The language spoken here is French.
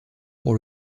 pour